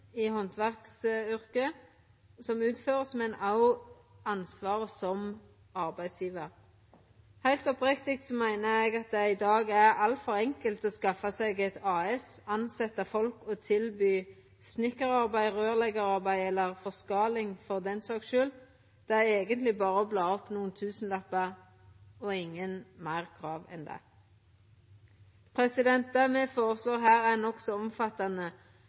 i handverksyrket som blir utført, og for ansvaret som arbeidsgjevar. Heilt oppriktig meiner eg at det i dag er altfor enkelt å skaffa seg eit AS, tilsetje folk og tilby snikkararbeid, røyrleggjararbeid, eller forskaling, for den saks skuld. Det er eigentleg berre å bla opp nokre tusenlappar, og så er det ikkje fleire krav enn det. Det me føreslår her, er nokså omfattande.